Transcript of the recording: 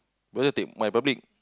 better take MyRepublic